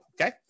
Okay